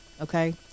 okay